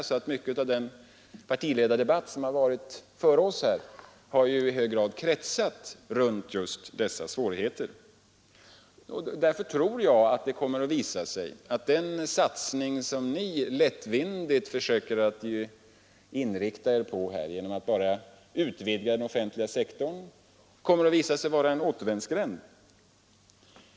Den Måndagen den partiledardebatt som förts tidigare i dag har också i hög grad kretsat just 4 juni 1973 runt de svårigheter som är förknippade därmed. Därför tror jag att det kommer att visa sig att den satsning som ni lättvindigt försöker inrikta er på genom att utvidga den offentliga sektorn kommer att visa sig vara en indsgränd.